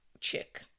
chick